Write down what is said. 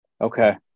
Okay